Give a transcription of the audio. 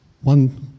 One